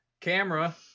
camera